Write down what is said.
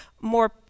more